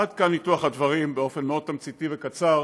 עד כאן ניתוח הדברים באופן מאוד תמציתי וקצר.